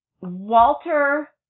Walter